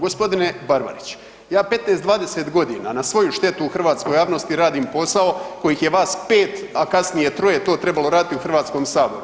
Gospodine Barbarić, ja 15 do 20 godina na svoju štetu u hrvatskoj javnosti radim posao kojih je vas pet a kasnije troje to trebalo raditi u Hrvatskom saboru.